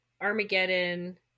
Armageddon